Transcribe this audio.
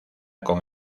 con